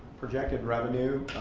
projected revenue,